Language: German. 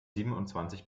siebenundzwanzig